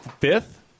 fifth